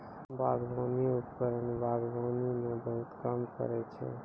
बागबानी उपकरण बागबानी म बहुत काम करै छै?